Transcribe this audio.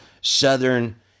Southern